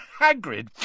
Hagrid